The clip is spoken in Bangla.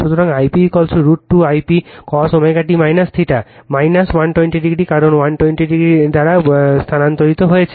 সুতরাং I p √ 2 I p cos ω t θ Refer Time 0750 120 o কারণ 120 o দ্বারা স্থানান্তরিত হচ্ছে